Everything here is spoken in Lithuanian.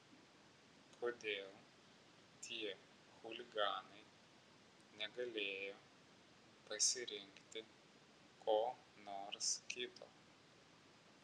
kodėl tie chuliganai negalėjo pasirinkti ko nors kito